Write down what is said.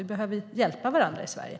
Vi behöver hjälpa varandra i Sverige.